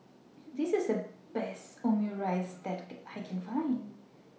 This IS The Best Omurice that I Can Find